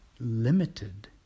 limited